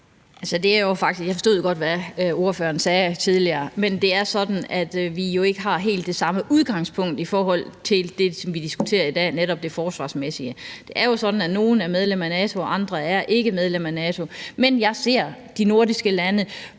jeg forstod godt, hvad ordføreren sagde tidligere, men det er sådan, at vi jo ikke har helt det samme udgangspunkt i forhold til det, som vi diskuterer i dag: netop det forsvarsmæssige. Det er jo sådan, at nogle er medlem af NATO og andre ikke er medlem af NATO. Fordi vi har